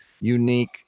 unique